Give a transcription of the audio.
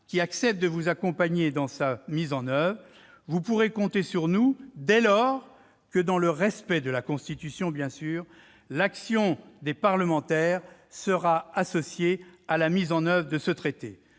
qui accepte de vous accompagner dans sa mise en oeuvre. Vous pourrez compter sur nous, dès lors que, dans le respect de la Constitution, l'action des parlementaires sera associée à la mise en oeuvre de ce texte.